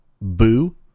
Boo